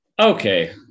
Okay